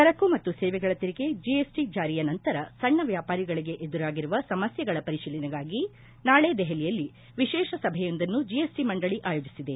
ಸರಕು ಮತ್ತು ಸೇವೆಗಳ ತೆರಿಗೆ ಜಿಎಸ್ಟಿ ಜಾರಿಯ ನಂತರ ಸಣ್ಣ ವ್ಯಾಪಾರಿಗಳಿಗೆ ಎದುರಾಗಿರುವ ಸಮಸ್ಯೆಗಳ ಪರಿಶೀಲನೆಗಾಗಿ ನಾಳಿ ದೆಹಲಿಯಲ್ಲಿ ವಿಶೇಷ ಸಭೆಯೊಂದನ್ನು ಜಿಎಸ್ಟಿ ಮಂದಳಿ ಆಯೋಜಿಸಿದೆ